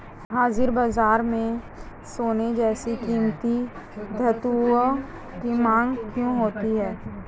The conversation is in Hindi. हाजिर बाजार में सोना जैसे कीमती धातुओं की मांग क्यों होती है